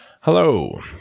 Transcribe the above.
Hello